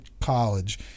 college